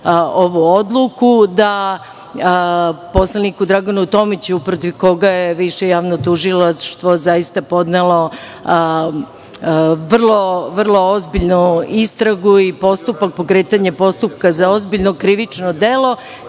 ovu odluku da poslaniku Draganu Tomiću, protiv koga je Više javno tužilaštvo podnelo vrlo ozbiljnu istragu i postupak pokretanja postupka za ozbiljno krivično delo,